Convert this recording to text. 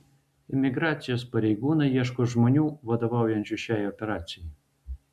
imigracijos pareigūnai ieško žmonių vadovaujančių šiai operacijai